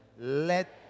Let